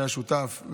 שהיה שותף,